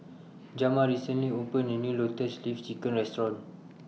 Jamar recently opened A New Lotus Leaf Chicken Restaurant